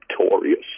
victorious